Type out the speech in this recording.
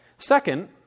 Second